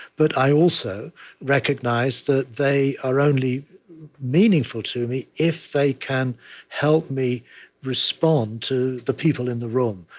but i also recognize that they are only meaningful to me if they can help me respond to the people in the room,